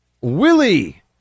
Willie